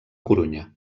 corunya